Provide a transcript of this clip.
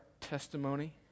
testimony